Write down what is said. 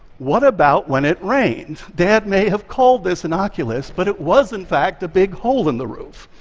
what about when it rained? dad may have called this an oculus, but it was, in fact, a big hole in the roof.